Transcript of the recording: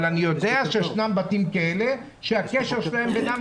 אבל אני יודע שיש בתים כאלה שהקשר ביניהם